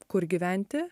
kur gyventi